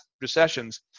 recessions